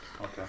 okay